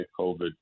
COVID